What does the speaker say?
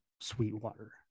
Sweetwater